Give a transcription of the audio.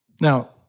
Now